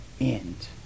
End